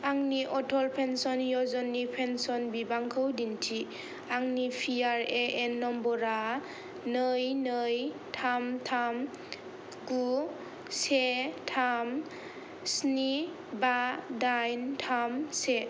आंनि अटल पेन्सन यजनानि पेन्सन बिबांखौ दिन्थि आंनि पि आर ए एन नम्बरआ नै नै थाम थाम गु से थाम स्नि बा दाइन थाम से